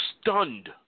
stunned